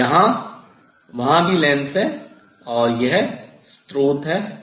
और यहाँ वहां भी लेंस है और यह स्रोत है